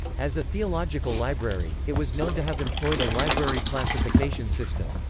as a theological library, it was known to have employed a library classification system.